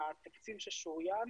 התקציב ששוריין